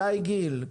שי גיל,